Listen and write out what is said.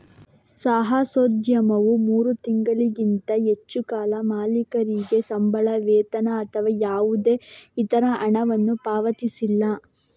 ಸಾಹಸೋದ್ಯಮವು ಮೂರು ತಿಂಗಳಿಗಿಂತ ಹೆಚ್ಚು ಕಾಲ ಮಾಲೀಕರಿಗೆ ಸಂಬಳ, ವೇತನ ಅಥವಾ ಯಾವುದೇ ಇತರ ಹಣವನ್ನು ಪಾವತಿಸಿಲ್ಲ